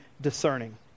discerning